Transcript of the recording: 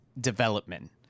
development